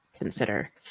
consider